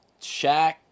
Shaq